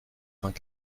vingt